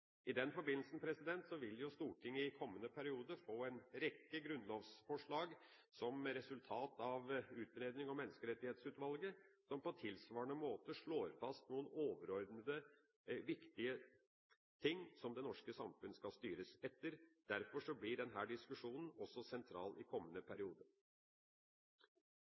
I den forbindelse vil Stortinget i kommende periode få en rekke grunnlovsforslag som resultat av utredningen fra Menneskerettighetsutvalget, som på tilsvarende måte slår fast noen overordnede viktige ting som det norske samfunn skal styres etter. Derfor blir denne diskusjonen også sentral i kommende periode.